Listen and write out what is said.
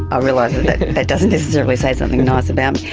ah realise that doesn't necessarily say something nice about me,